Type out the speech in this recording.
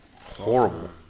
horrible